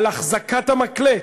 על החזקת המַקלט,